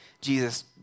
Jesus